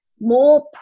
more